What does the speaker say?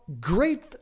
great